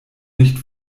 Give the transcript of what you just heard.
nicht